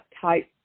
type